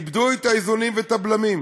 איבדו את האיזונים ואת הבלמים.